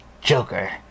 Joker